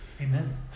Amen